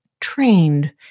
trained